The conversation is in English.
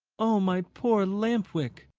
oh, my poor lamp-wick,